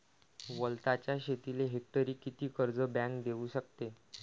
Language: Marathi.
वलताच्या शेतीले हेक्टरी किती कर्ज बँक देऊ शकते?